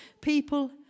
people